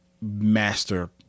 master